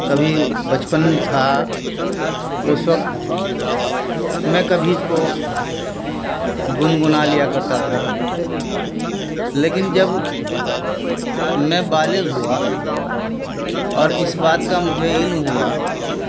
کبھی بچپن تھا اس وقت میں کبھی اس کو گنگنا لیا کرتا تھا لیکن جب میں بالغ ہوا اور اس بات کا مجھے علم ہوا